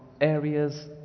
areas